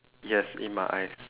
yes in my eyes